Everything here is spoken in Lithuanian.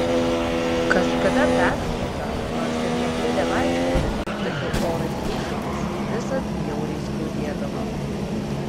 kažkada peršauta nors ir nekliudė vaikščioti tačiau orui keičiantis visad bjauriai skaudėdavo